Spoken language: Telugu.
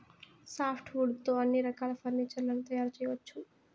సాఫ్ట్ వుడ్ తో అన్ని రకాల ఫర్నీచర్ లను తయారు చేయవచ్చు